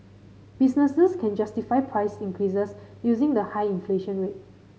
businesses can justify price increases using the high inflation rate